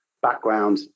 background